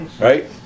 right